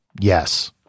Yes